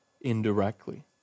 indirectly